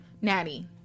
Natty